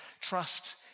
trust